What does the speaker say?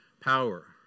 power